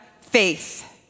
faith